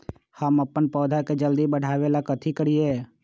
हम अपन पौधा के जल्दी बाढ़आवेला कथि करिए?